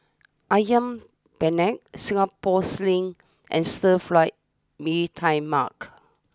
Ayam Penyet Singapore sling and Stir Fry Mee Tai Mak